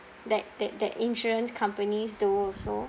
that that that insurance companies do also